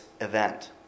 event